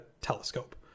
telescope